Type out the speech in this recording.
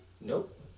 Nope